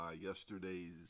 yesterday's